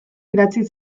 idatzi